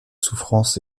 souffrance